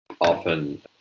often